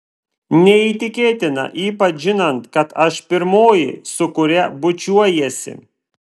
neįtikėtina ypač žinant kad aš pirmoji su kuria bučiuojiesi